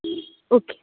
okay